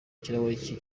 ikirahuri